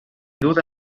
duda